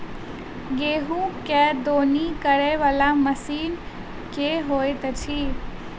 गेंहूँ केँ दौनी करै वला मशीन केँ होइत अछि?